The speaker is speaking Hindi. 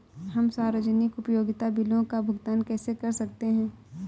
हम सार्वजनिक उपयोगिता बिलों का भुगतान कैसे कर सकते हैं?